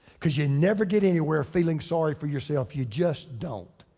because you'll never get anywhere feeling sorry for yourself, you just don't.